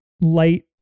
light